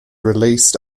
released